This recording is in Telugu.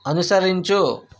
అనుసరించు